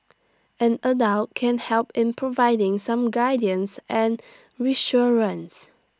an adult can help in providing some guidance and reassurance